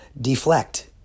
deflect